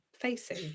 facing